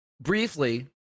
briefly